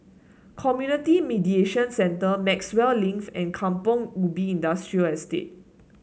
Community Mediation Centre Maxwell Link and Kampong Ubi Industrial Estate